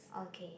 okay